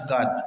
God